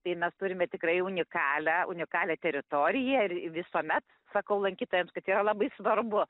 tai mes turime tikrai unikalią unikalią teritoriją ir visuomet sakau lankytojams kad yra labai svarbu